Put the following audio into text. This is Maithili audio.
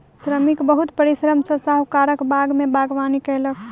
श्रमिक बहुत परिश्रम सॅ साहुकारक बाग में बागवानी कएलक